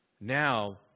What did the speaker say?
Now